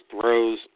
throws